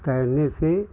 तैरने से